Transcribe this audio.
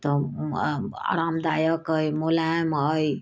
तऽ आरामदायक अइ मुलायम अइ